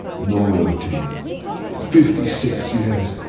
loyalty for fifty six years,